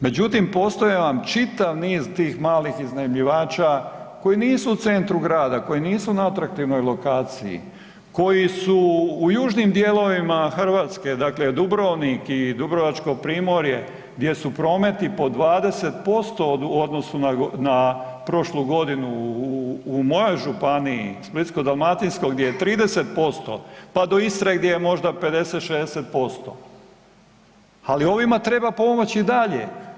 Međutim, postoje vam čitav niz tih malih iznajmljivača koji nisu u centru grada, koji nisu na atraktivnoj lokaciji, koji su u južnim dijelovima Hrvatske, dakle Dubrovnik i dubrovačko primorje gdje su prometi pod 20% u odnosu na prošlu godinu, u mojoj županiji Splitsko-dalmatinskoj gdje je 30%, pa do Istre gdje možda 50-60%, ali ovima treba pomoć i dalje.